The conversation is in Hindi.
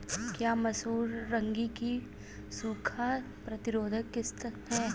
क्या मसूर रागी की सूखा प्रतिरोध किश्त है?